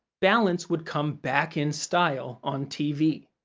balance would come back in style on tv.